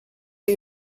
chi